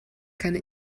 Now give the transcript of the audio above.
keine